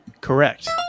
correct